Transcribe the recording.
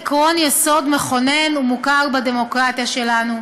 עקרון יסוד מכונן ומוכר בדמוקרטיה שלנו,